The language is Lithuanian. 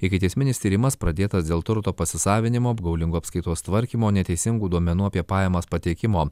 ikiteisminis tyrimas pradėtas dėl turto pasisavinimo apgaulingo apskaitos tvarkymo neteisingų duomenų apie pajamas pateikimo